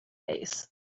face